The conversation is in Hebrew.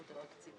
בהצלחה.